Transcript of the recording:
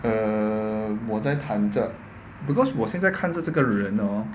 err 我在弹这 because 我现在看这个人 hor